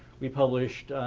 we published